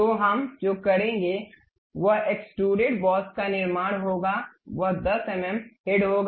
तो हम जो करेंगे वह एक्सट्रूस्ड बॉस का निर्माण होगा यह 10 एमएम हेड होगा